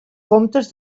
comptes